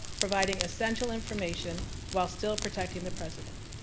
providing essential information while still protecting the president.